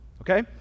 okay